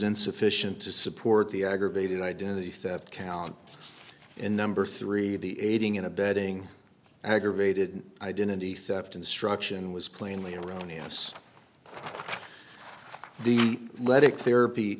insufficient to support the aggravated identity theft count and number three the aiding and abetting aggravated identity theft instruction was plainly in around the us the let it therapy